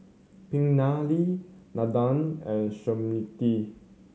Pingali Nandan and Smriti